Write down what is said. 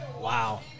Wow